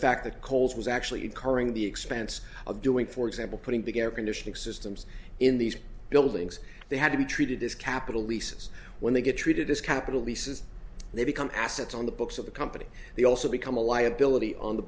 fact that coles was actually occurring the expense of doing for example putting together conditioning systems in these buildings they had to be treated as capital lisas when they get treated as capital leases they become assets on the books of the comp they also become a liability on the